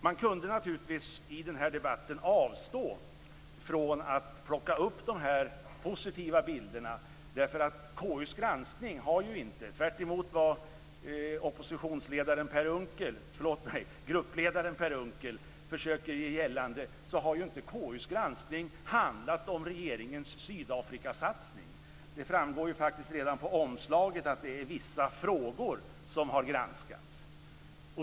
Jag kunde naturligtvis i den här debatten ha avstått från att plocka fram dessa positiva bilder, därför att KU:s granskningar har ju inte, tvärtemot vad gruppledaren Per Unckel försöker göra gällande, handlat om regeringens Sydafrikasatsning. Det framgår faktiskt redan på omslaget att det är vissa frågor som har granskats.